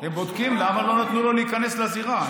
הם בודקים למה לא נתנו לו להיכנס לזירה.